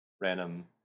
random